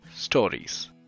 Stories